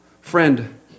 friend